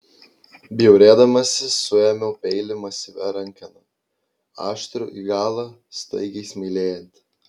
bjaurėdamasi suėmiau peilį masyvia rankena aštrų į galą staigiai smailėjantį